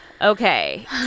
Okay